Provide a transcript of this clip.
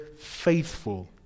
faithful